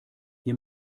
ihr